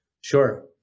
Sure